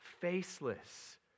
faceless